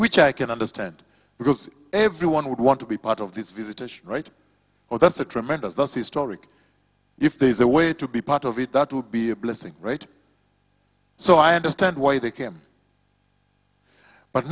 we can understand because everyone would want to be part of this visit right or that's a tremendous loss historic if there's a way to be part of it that would be a blessing right so i understand why they came but